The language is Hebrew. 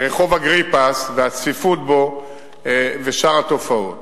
רחוב אגריפס, הצפיפות בו ושאר התופעות.